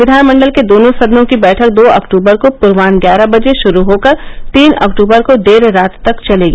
विधानमण्डल के दोनों सदनों की बैठक दो अक्टूबर को पूर्वाह्न ग्यारह बजे शुरू होकर तीन अक्टूबर को देर रात तक चलेगी